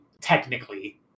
technically